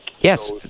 Yes